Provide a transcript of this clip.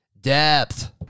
Depth